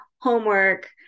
homework